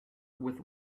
with